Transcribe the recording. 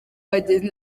bagenzi